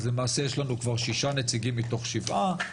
אז למעשה יש לנו כבר שישה נציגים מתוך שבעה,